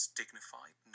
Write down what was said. dignified